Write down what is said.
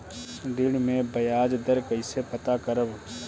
ऋण में बयाज दर कईसे पता करब?